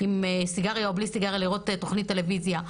עם סיגריה או בלי סיגריה, לראות תוכנית טלוויזיה.